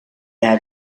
had